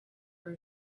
were